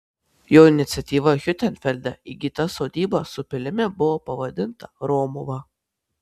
jo iniciatyva hiutenfelde įgyta sodyba su pilimi buvo pavadinta romuva